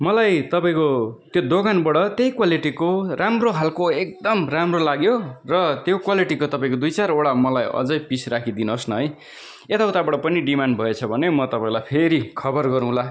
मलाई तपाईँको त्यो दोकानबाट त्यही क्वालिटीको राम्रो खाले एकदम राम्रो लाग्यो र त्यो क्वालिटीको तपाईँको दुई चारवटा मलाई अझ पिस राखिदिनु होस् न है यता उताबाट पनि डिमान्ड भएछ भने म तपाईँलाई फेरि खबर गरौँला